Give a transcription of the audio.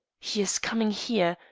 he is coming here.